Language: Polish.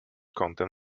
kątem